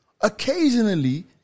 occasionally